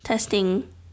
Testing